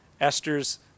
Esther's